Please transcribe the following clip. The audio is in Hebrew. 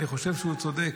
אני חושב שהוא צודק,